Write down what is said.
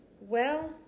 Well